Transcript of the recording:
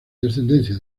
descendencia